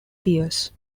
peers